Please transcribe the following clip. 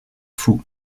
fou